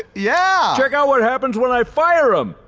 yeah! check out what happens when i fire him.